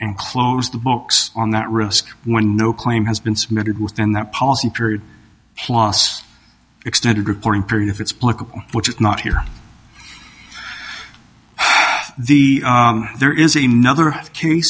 and close the books on that risk when no claim has been submitted within that policy period plus extended reporting period if it's political which is not here the there is a nother case